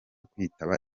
kwitaba